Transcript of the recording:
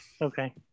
Okay